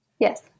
Yes